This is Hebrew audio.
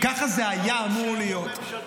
ראוי שהוא יבוא ממשלתי.